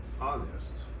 honest